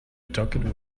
talked